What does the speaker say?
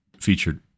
featured